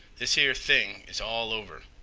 this here thing is all over.